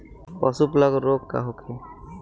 पशु प्लग रोग का होखे?